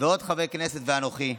ועוד חברי כנסת ואנוכי,